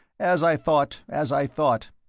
as i thought, as i thought.